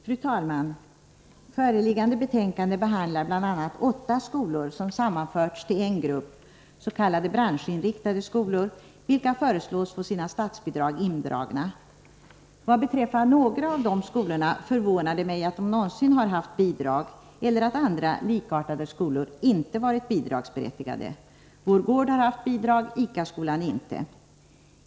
Fru talman! Föreliggande betänkande behandlar bl.a. åtta skolor som sammanförts till en grupp, s.k. branschinriktade skolor, vilka föreslås få sina statsbidrag indragna. Vad beträffar några av de skolorna förvånar det mig att de någonsin har haft bidrag och att andra, likartade skolor inte varit bidragsberättigade — Vår gård har haft bidrag, ICA-skolan har inte haft det.